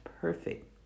perfect